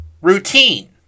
routine